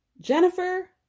Jennifer